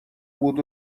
بود